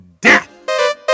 Death